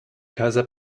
kaiser